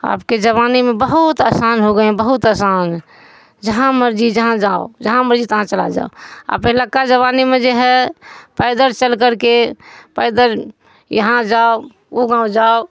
اب کے زمانے میں بہت آسان ہو گئے ہیں بہت آسان جہاں مرضی جہاں جاؤ جہاں مرضی تہاں چلا جاؤ آ پہلے کا زمانے میں جو ہے پیدل چل کر کے پیدل یہاں جاؤ وہ گاؤں جاؤ